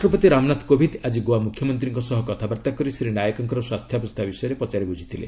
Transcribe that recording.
ରାଷ୍ଟ୍ରପତି ରାମନାଥ କୋବିନ୍ଦ ଆଜି ଗୋଆ ମୁଖ୍ୟମନ୍ତ୍ରୀଙ୍କ ସହ କଥାବାର୍ତ୍ତା କରି ଶ୍ରୀ ନାଏକଙ୍କର ସ୍ୱାସ୍ଥ୍ୟାବସ୍ଥା ବିଷୟରେ ପଚାରି ବୁଝିଥିଲେ